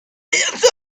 answered